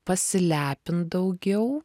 pasilepint daugiau